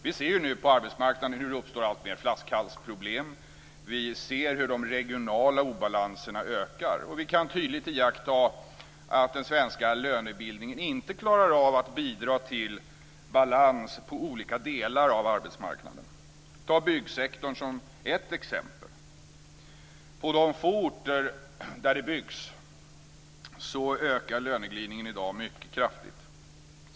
Vi ser nu på arbetsmarknaden hur alltfler flaskhalsproblem, vi ser hur de regionala obalanserna ökar och vi kan tydligt iaktta att den svenska lönebildningen inte klarar av att bidra till balans på olika delar av arbetsmarknaden. Ta byggsektorn som ett exempel. På de få orter där det byggs ökar löneglidningen i dag mycket kraftigt.